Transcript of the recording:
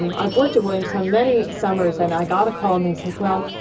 um i've worked at williamstown many summers. and i got a call and they said, well,